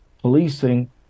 policing